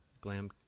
glam